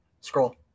Scroll